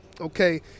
okay